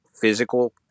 physical